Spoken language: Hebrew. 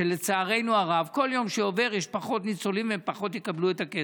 ולצערנו הרב כל יום שעובר יש פחות ניצולים והם פחות יקבלו את הכסף.